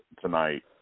tonight